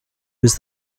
was